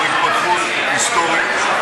זאת התפתחות היסטורית.